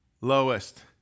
lowest